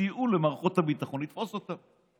סייעו למערכות הביטחון לתפוס אותם.